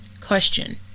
Question